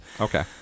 Okay